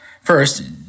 First